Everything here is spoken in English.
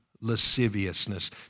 lasciviousness